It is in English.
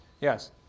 Yes